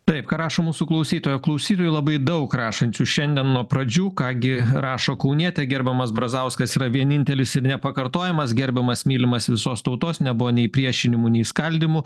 taip ką rašo mūsų klausytoja klausytojų labai daug rašančių šiandien nuo pradžių ką gi rašo kaunietė gerbiamas brazauskas yra vienintelis nepakartojamas gerbiamas mylimas visos tautos nebuvo nei priešinimų nei skaldymų